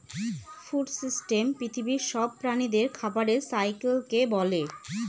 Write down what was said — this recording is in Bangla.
ফুড সিস্টেম পৃথিবীর সব প্রাণীদের খাবারের সাইকেলকে বলে